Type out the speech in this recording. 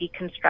deconstruct